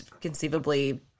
conceivably